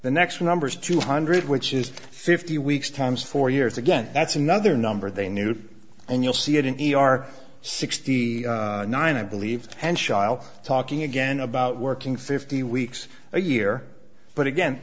next numbers two hundred which is fifty weeks times four years again that's another number they knew and you'll see it in e r sixty nine i believe and sheil talking again about working fifty weeks a year but again